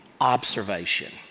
observation